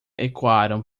ecoaram